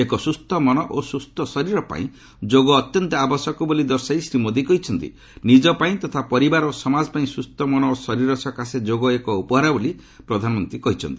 ଏକ ସୁସ୍ଥ ମନ ଓ ସୁସ୍ଥ ଶରୀର ପାଇଁ ଯୋଗ ଅତ୍ୟନ୍ତ ଆବଶ୍ୟକ ବୋଲି ଦର୍ଶାଇ ଶ୍ରୀ ମୋଦି କହିଛନ୍ତି ନିଜ ପାଇଁ ତଥା ପରିବାର ଓ ସମାଜ ପାଇଁ ସୁସ୍ଥ ମନ ଓ ଶରୀର ସକାଶେ ଯୋଗ ଏକ ଉପହାର ବୋଲି ପ୍ରଧାନମନ୍ତ୍ରୀ କହିଛନ୍ତି